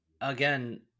again